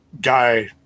guy –